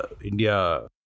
India